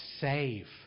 save